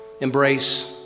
embrace